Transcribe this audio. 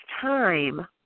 time